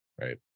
right